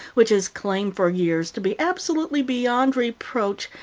which has claimed for years to be absolutely beyond reproach,